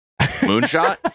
moonshot